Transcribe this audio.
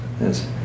Yes